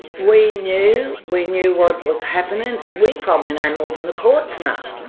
we knew, we knew what was happening and we probably know more than the courts know.